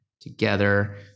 together